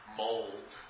mold